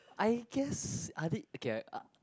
I guess are did okay I uh